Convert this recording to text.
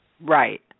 Right